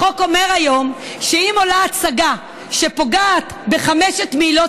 החוק אומר היום שאם עולה הצגה שפוגעת, בחמש עילות,